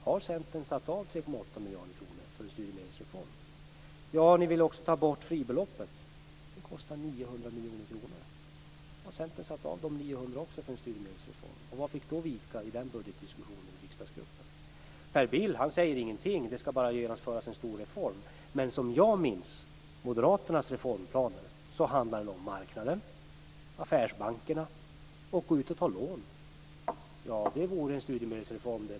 Har Centern satt av 3,8 miljarder kronor för en studiemedelsreform? Ni vill också ta bort fribeloppet. Det kostar 900 miljoner kronor. Har Centern satt av även de 900 miljonerna för en studiemedelsreform, och vad fick då vika i den budgetdiskussionen i riksdagsgruppen? Per Bill säger ingenting. Det skall bara genomföras en stor reform. Men som jag minns moderaternas reformplaner så handlade de om marknaden, om affärsbankerna och om att gå ut och ta lån. Det vore en studiemedelsreform, det!